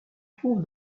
trouve